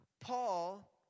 Paul